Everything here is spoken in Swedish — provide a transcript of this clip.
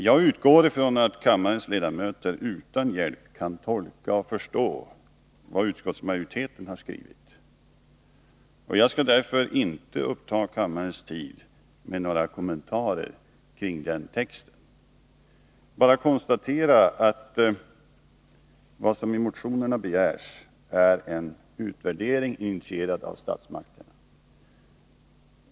Jag utgår från att kammarens ledamöter utan hjälp kan tolka och förstå vad utskottsmajoriteten har skrivit, och jag skall därför inte uppta kammarens tid med några kommentarer kring den texten. Jag vill bara konstatera att vad som i motionerna begärs är en utvärdering, initierad av statsmakten.